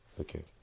okay